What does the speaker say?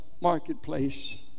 marketplace